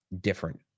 different